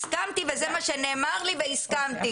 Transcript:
זה מה שנאמר לי והסכמתי.